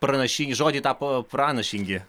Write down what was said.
pranašingi žodžiai tapo pranašingi